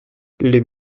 les